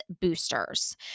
boosters